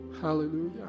hallelujah